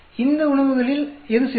இந்த உணவுகளில் எது சிறந்தது